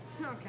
Okay